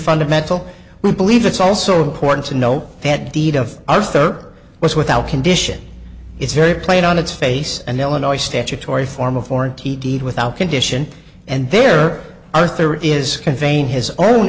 fundamental we believe it's also important to know that deed of arthur was without condition it's very plain on its face an illinois statutory form of foreign t deed without condition and there are theory is conveying his own